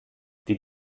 die